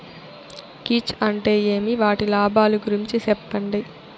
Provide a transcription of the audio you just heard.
కీచ్ అంటే ఏమి? వాటి లాభాలు గురించి సెప్పండి?